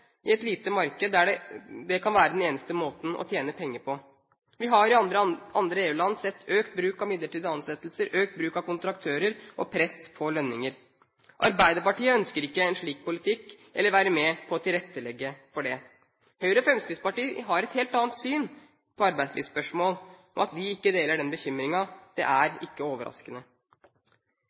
i et lite marked, der dét kan være den eneste måten å tjene penger på. Vi har i andre EU-land sett økt bruk av midlertidig ansettelser, økt bruk av kontraktører og press på lønninger. Arbeiderpartiet ønsker ikke en slik politikk eller å være med på å tilrettelegge for det. Høyre og Fremskrittspartiet har et helt annet syn på arbeidslivsspørsmål. At de ikke deler denne bekymringen, er ikke overraskende.